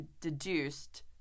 deduced